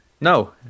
No